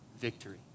victory